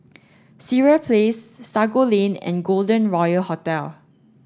Sireh Place Sago Lane and Golden Royal Hotel